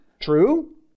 true